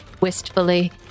wistfully